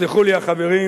יסלחו לי החברים,